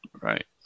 Right